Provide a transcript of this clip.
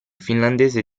finlandese